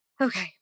Okay